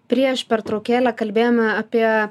prieš pertraukėlę kalbėjome apie